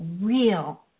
real